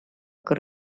väga